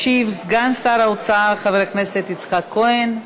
ישיב סגן שר האוצר חבר הכנסת יצחק כהן.